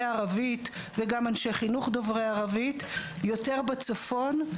ערבית וגם אנשי חינוך דוברי ערבית יותר בצפון.